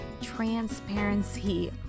transparency